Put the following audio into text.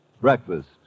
Breakfast